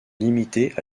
limitées